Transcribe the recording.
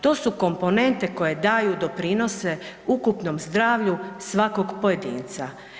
To su komponente koje daju doprinose ukupnom zdravlju svakog pojedinca.